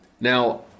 Now